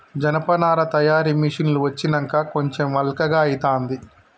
జనపనార తయారీ మిషిన్లు వచ్చినంక కొంచెం అల్కగా అయితాంది